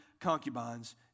concubines